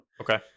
Okay